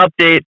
update